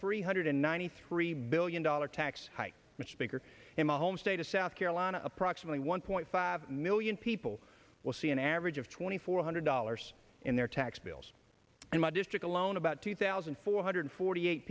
three hundred ninety three billion dollar tax hike much bigger in my home state of south carolina approximately one point five million people will see an average of twenty four hundred dollars in their tax bills in my district alone about two thousand four hundred forty eight